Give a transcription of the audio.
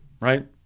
right